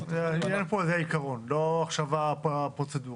העניין פה זה העיקרון, לא עכשיו הפרוצדורה.